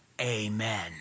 Amen